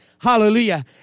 Hallelujah